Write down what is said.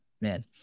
man